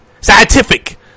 scientific